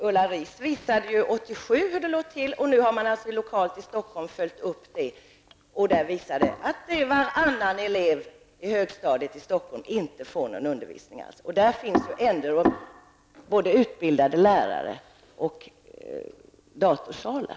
Ulla Riis visade 1987 hur det låg till, och nu har man lokalt i Stockholm följt upp detta. Det visade sig då att varannan elev i högstadiet i Stockholm inte får någon undervisning alls. Och i Stockholm finns det ändå både utbildade lärare och datorsalar.